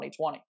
2020